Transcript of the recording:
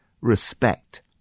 respect